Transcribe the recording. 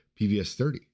PVS-30